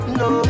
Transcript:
no